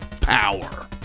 power